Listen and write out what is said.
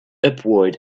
upward